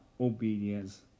obedience